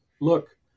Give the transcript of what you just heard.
look